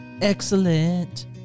Excellent